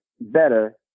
better